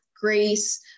grace